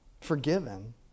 forgiven